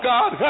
God